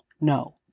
No